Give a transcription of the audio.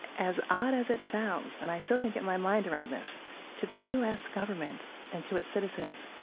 as odd as it sounds and i still can't get my mind around this to the u s. government and to its citizens,